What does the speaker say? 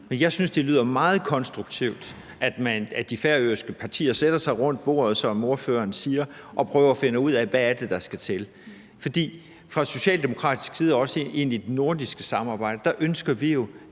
gå. Jeg synes, det lyder meget konstruktivt, at de færøske partier sætter sig rundt om bordet, som ordføreren siger, og prøver at finde ud af, hvad det er, der skal til. Fra socialdemokratisk side ønsker vi jo, hvad angår det nordiske samarbejde, at der skal være